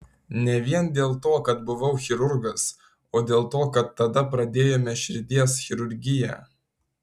ne vien dėl to kad buvau chirurgas o dėl to kad tada pradėjome širdies chirurgiją